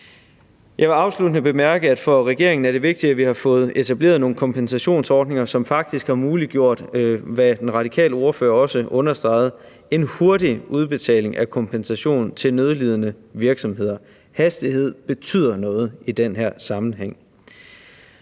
Jeg vil afsluttende bemærke, at det for regeringen er vigtigt, at vi har fået etableret nogle kompensationsordninger, som faktisk, hvad den radikale ordfører også understregede, har muliggjort en hurtig udbetaling af kompensation til nødlidende virksomheder. Hastighed betyder noget i den her sammenhæng.